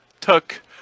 took